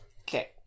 Okay